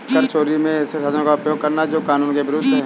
कर चोरी में ऐसे साधनों का उपयोग करना जो कानून के विरूद्ध है